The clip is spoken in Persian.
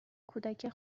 کودکی